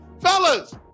Fellas